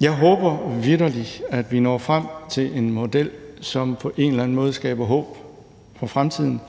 Jeg håber vitterlig, at vi når frem til en model, som på en eller anden måde skaber håb for fremtiden,